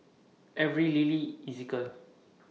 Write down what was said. Avery Lilly Ezekiel